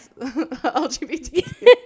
LGBT